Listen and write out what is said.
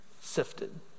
sifted